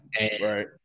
Right